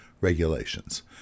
regulations